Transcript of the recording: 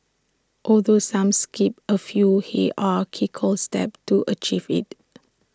although some skipped A few hierarchical steps to achieve IT